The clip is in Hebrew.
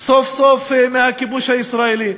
סוף-סוף מהכיבוש הישראלי.